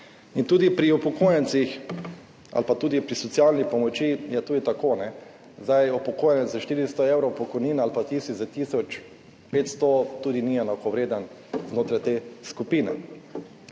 In tudi pri upokojencih ali pa tudi pri socialni pomoči je tudi tako, upokojenec s 400 evrov pokojnine ali pa tisti s tisoč 500 tudi ni enakovreden znotraj te skupine.